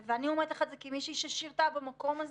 הנושא הזה עלה לכותרות בכמה הקשרים בזמן האחרון,